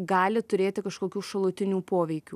gali turėti kažkokių šalutinių poveikių